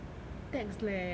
text leh